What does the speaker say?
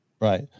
Right